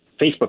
Facebook